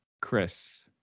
Chris